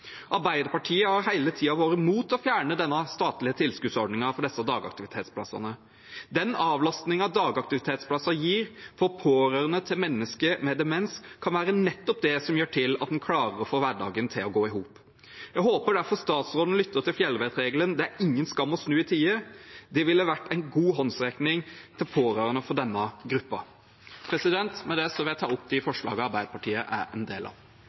Arbeiderpartiet har hele tiden vært mot å fjerne denne statlige tilskuddsordningen for disse dagaktivitetsplassene. Den avlastningen som dagaktivitetsplasser gir pårørende til mennesker med demens, kan være nettopp det som gjør at en klarer å få hverdagen til å gå i hop. Jeg håper derfor statsråden lytter til fjellvettregelen «Vend i tide, det er ingen skam å snu». Det ville vært en god håndsrekning til de pårørende til denne gruppen. Med det vil jeg ta opp de forslagene Arbeiderpartiet er en del av.